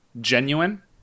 genuine